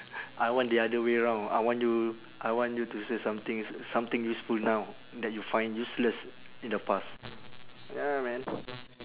I want the other way round I want you I want you to say something s~ something useful now that you find useless in the past ya man